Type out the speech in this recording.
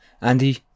Andy